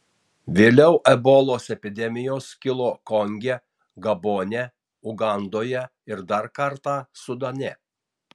vėliau ebolos epidemijos kilo konge gabone ugandoje ir dar kartą sudane